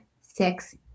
six